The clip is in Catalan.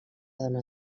dona